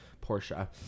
Portia